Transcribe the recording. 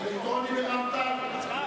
הצבעה אלקטרונית.